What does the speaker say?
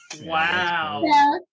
Wow